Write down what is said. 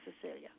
Cecilia